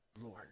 Lord